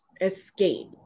escape